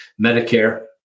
Medicare